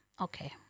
Okay